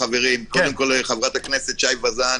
לחברת הכנסת הילה,